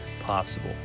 possible